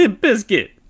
biscuit